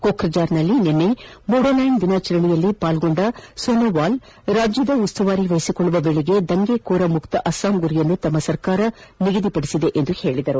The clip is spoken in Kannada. ಕೊಬ್ರಜಾರ್ನಲ್ಲಿ ನಿನ್ನೆ ಬೊಡೊಲ್ಡಾಂಡ್ ದಿನಾಚರಣೆಯಲ್ಲಿ ಪಾಲ್ಗೊಂಡ ಸೊನೊವಾಲ್ ರಾಜ್ಯದ ಉಸ್ತುವಾರಿ ವಹಿಸಿಕೊಳ್ಳುವ ವೇಳೆಗೆ ದಂಗೆಕೋರ ಮುಕ್ತ ಅಸ್ಲಾಂ ಗುರಿಯನ್ನು ತಮ್ಮ ಸರ್ಕಾರ ನಿಗದಿಪಡಿಸಿದೆ ಎಂದು ಹೇಳಿದರು